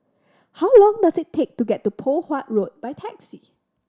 how long does it take to get to Poh Huat Road by taxi